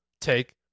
Take